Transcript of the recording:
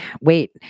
Wait